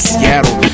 Seattle